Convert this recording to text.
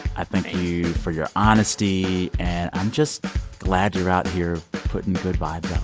i thank you for your honesty, and i'm just glad you're out here putting good vibes